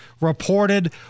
reported